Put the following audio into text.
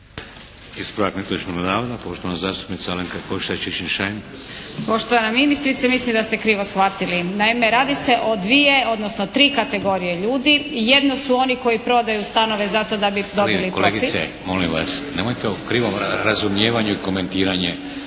Kolegice molim vas, nemojte o krivom razumijevanju i komentiranje.